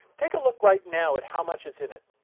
take a look right now at how much is in it.